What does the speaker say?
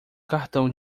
cartão